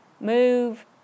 move